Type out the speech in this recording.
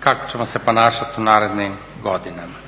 kako ćemo se ponašati u narednim godinama.